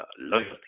loyalty